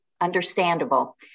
Understandable